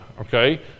okay